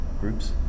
groups